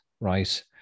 right